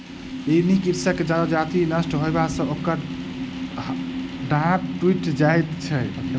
ऋणी कृषकक जजति नष्ट होयबा सॅ ओकर डाँड़ टुइट जाइत छै